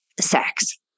sex